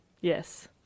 Yes